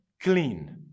clean